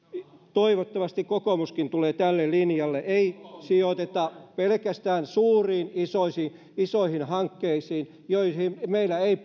toivottavasti kokoomuskin tulee tälle linjalle ei sijoiteta pelkästään suuriin isoihin isoihin hankkeisiin joihin meillä ei